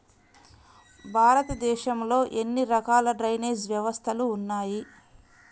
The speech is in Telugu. భారతదేశంలో ఎన్ని రకాల డ్రైనేజ్ వ్యవస్థలు ఉన్నాయి?